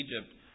Egypt